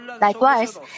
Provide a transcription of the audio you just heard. Likewise